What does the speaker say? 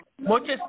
Muchas